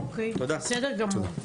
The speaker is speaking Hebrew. אוקיי, בסדר גמור.